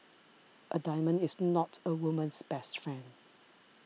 a diamond is not a woman's best friend